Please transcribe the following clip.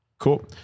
Cool